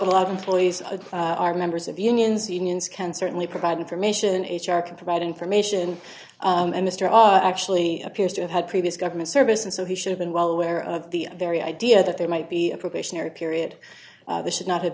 but a lot of employees are members of unions unions can certainly provide information h r can provide information and mr r actually appears to have had previous government service and so he should have been well aware of the very idea that there might be a probationary period should not have